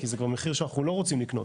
כי זה מחיר שאנחנו לא רוצים לקנות.